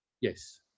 Yes